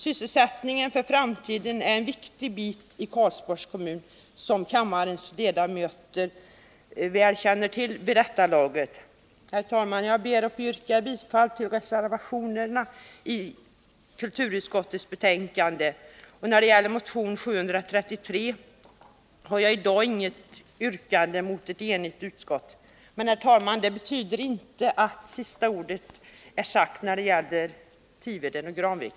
Sysselsättningen för framtiden är en viktig fråga inom Karlsborgs kommun, som kammarens ledamöter vid det här laget väl känner till. Herr talman! Jag ber att få yrka bifall till reservationerna som är fogade till kulturutskottets betänkande 30. När det gäller motion 733 har jag i dag inget yrkande mot ett enigt utskott, men detta betyder inte att sista ordet är sagt beträffande Tiveden och Granvik.